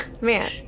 Man